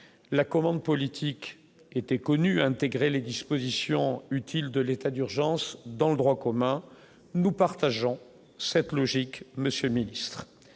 la commande politique était connu, intégrer les dispositions utiles de l'état d'urgence dans le droit commun, nous partageons cette logique monsieur ministre